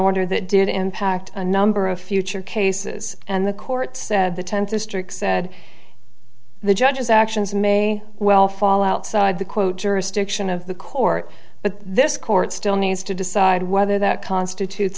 order that did impact a number of future cases and the court said the tenth district said the judge's actions may well fall outside the quote jurisdiction of the court but this court still needs to decide whether that constitutes